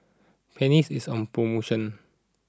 Pennis is on promotion